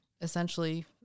essentially